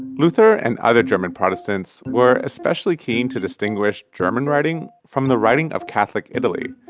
luther and other german protestants were especially keen to distinguish german writing from the writing of catholic italy,